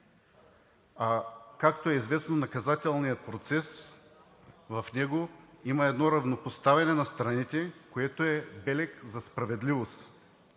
Както е известно, в наказателния процес има равнопоставяне на страните, което е белег за справедливост,